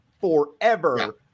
forever